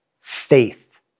faith